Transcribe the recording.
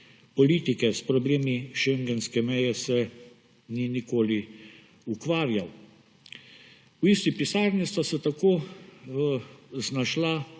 politike, s problemi šengenske meje se ni nikoli ukvarjal. V isti pisarni sta se tako znašla